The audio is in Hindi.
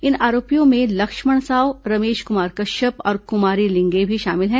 इन आरोपियों में लक्ष्मण साव रमेश कुमार कश्यप और कुमारी लिंगे शामिल हैं